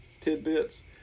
tidbits